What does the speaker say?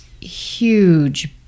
huge